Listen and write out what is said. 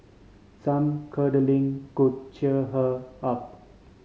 some cuddling could cheer her up